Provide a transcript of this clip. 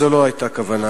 זו לא היתה הכוונה.